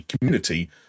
community